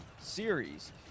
series